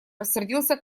рассердился